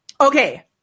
Okay